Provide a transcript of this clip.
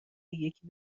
یکی